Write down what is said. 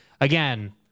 again